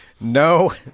no